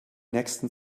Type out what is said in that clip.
nächsten